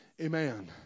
Amen